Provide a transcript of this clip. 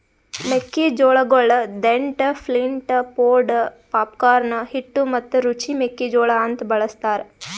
ಮೆಕ್ಕಿ ಜೋಳಗೊಳ್ dent, flint, pod, popcorn, ಹಿಟ್ಟು ಮತ್ತ ರುಚಿ ಮೆಕ್ಕಿ ಜೋಳ ಅಂತ್ ಬಳ್ಸತಾರ್